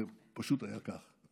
זה פשוט היה כך.